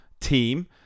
team